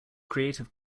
creative